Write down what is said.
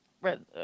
red